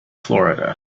florida